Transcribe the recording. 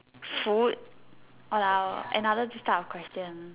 food !walao! another this type of question